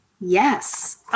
Yes